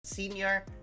senior